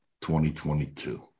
2022